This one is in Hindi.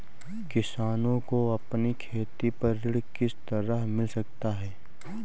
किसानों को अपनी खेती पर ऋण किस तरह मिल सकता है?